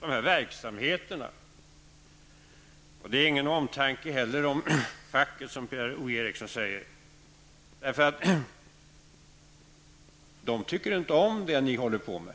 dessa verksamheter och inte heller om någon omtanke om facket, som Per-Ola Eriksson säger. Från de hållen tycker man inte om det som ni håller på med.